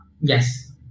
Yes